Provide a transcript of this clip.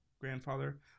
grandfather